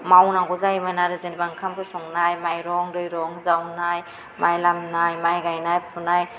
मावनांगौ जायोमोन आरो जेनबा ओंखामफोर संनाय माइरं दैरं जावनाय माइ लामनाय माइ गाइनाय फुनाय